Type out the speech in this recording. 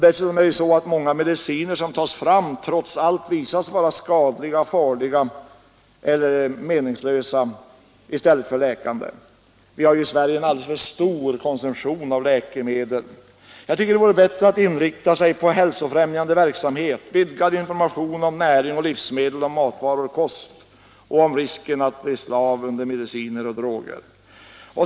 Dessutom visar sig många mediciner som tas fram trots allt vara farliga eller meningslösa i stället för läkande. Vi har också i Sverige en alldeles för stor konsumtion av läkemedel. Jag tycker att det vore bättre att inrikta sig på hälsofrämjande verksamhet, på vidgad information om näring och livsmedel, om matvanor och kost och om risken att bli slav under mediciner och droger.